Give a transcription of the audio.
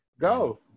Go